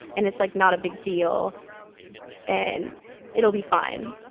and it's like not a big deal and it'll be fine.